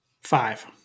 Five